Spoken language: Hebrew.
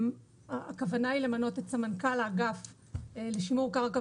הכוונה היא למנות את סמנכ"ל האגף לשימור קרקע